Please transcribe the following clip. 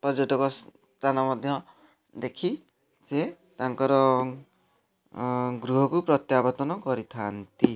ପର୍ଯ୍ୟଟକ ସ୍ଥାନ ମଧ୍ୟ ଦେଖି ସିଏ ତାଙ୍କର ଗୃହକୁ ପ୍ରତ୍ୟାବର୍ତ୍ତନ କରିଥାନ୍ତି